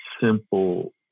simple